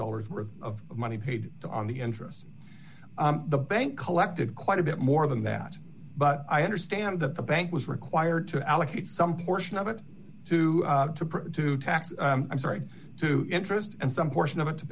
dollars worth of money paid to on the interest of the bank collected quite a bit more than that but i understand that the bank was required to allocate some portion of it to to tax i'm sorry to interest and some portion of